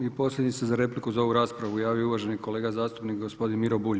I posljednji se za repliku za ovu raspravu javio uvaženi kolega zastupnik gospodin Miro Bulj.